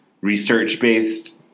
research-based